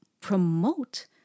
promote